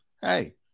hey